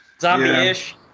zombie-ish